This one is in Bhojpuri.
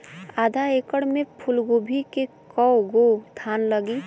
आधा एकड़ में फूलगोभी के कव गो थान लागी?